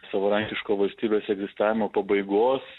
savarankiško valstybės egzistavimo pabaigos